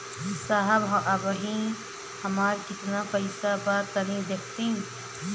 साहब अबहीं हमार कितना पइसा बा तनि देखति?